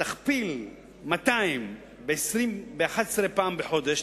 תכפיל 200 ב-11 פעם בחודש,